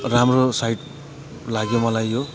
राम्रो साइट लाग्यो मलाई यो